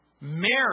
Mary